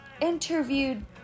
interviewed